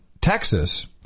Texas